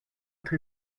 être